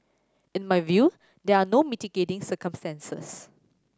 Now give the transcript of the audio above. in my view there are no mitigating circumstances